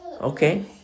Okay